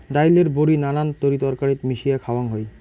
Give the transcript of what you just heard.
ডাইলের বড়ি নানান তরিতরকারিত মিশিয়া খাওয়াং হই